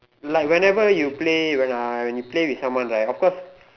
like whenever you play when uh you play with someone right of course